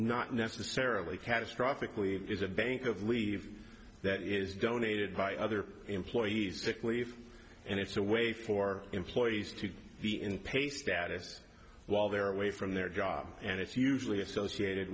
not necessarily catastrophic leave is a bank of leave that is donated by other employees sick leave and it's a way for employees to be in pay status while they're away from their job and it's usually associated